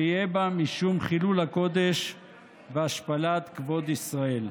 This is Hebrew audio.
שיהיה בה משום חילול הקודש והשפלת כבוד ישראל.